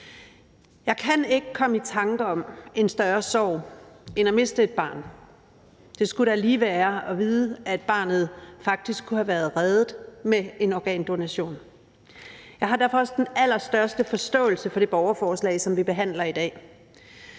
Jeg kan ikke komme i tanker om en større sorg end at miste et barn – det skulle da lige være at vide, at barnet faktisk kunne have været reddet med en organdonation. Jeg har derfor også den allerstørste forståelse for det borgerforslag, som vi behandler i dag.